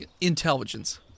intelligence